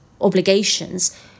obligations